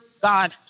God